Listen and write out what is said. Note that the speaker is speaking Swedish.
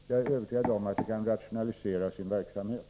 Jag är övertygad om att man kan rationalisera sin verksamhet.